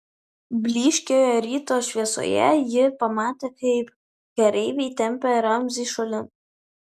blyškioje ryto šviesoje ji pamatė kaip kareiviai tempia ramzį šalin